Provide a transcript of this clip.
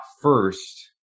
first